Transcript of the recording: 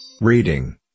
Reading